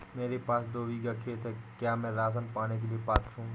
मेरे पास दो बीघा खेत है क्या मैं राशन पाने के लिए पात्र हूँ?